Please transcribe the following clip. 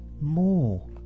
more